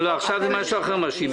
מאשרים עכשיו תוספת.